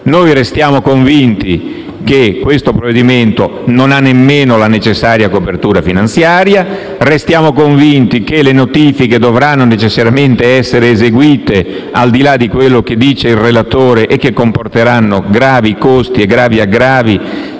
Restiamo convinti che il provvedimento al nostro esame non abbia nemmeno la necessaria copertura finanziaria. Restiamo convinti che le notifiche dovranno necessariamente essere eseguite - al di là di quello che dice il relatore - e comporteranno elevati costi e aggravi